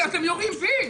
אתם יורים בי.